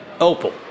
Opal